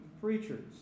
preachers